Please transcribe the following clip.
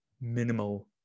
minimal